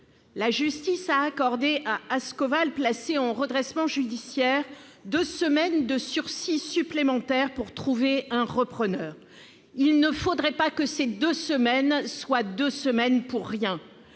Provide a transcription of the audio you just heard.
La justice a accordé à Ascoval, placée en redressement judiciaire, deux semaines de sursis supplémentaires pour trouver un repreneur. Il ne faudrait pas que ce soient deux semaines pour rien